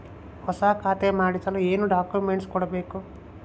ಹೊಸ ಖಾತೆ ಮಾಡಿಸಲು ಏನು ಡಾಕುಮೆಂಟ್ಸ್ ಕೊಡಬೇಕು?